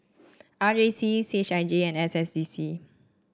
R J C C H I J and S S D C